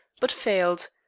but failed,